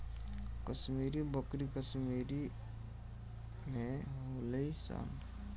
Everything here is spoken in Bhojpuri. कश्मीरी बकरी कश्मीर में होली सन